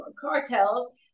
cartels